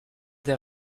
des